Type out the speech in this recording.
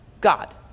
God